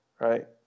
right